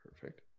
Perfect